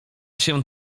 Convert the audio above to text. się